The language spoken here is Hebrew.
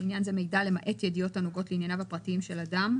לעניין זה "מידע" למעט ידיעות הנוגעות לענייניו הפרטיים של אדם,"